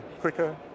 quicker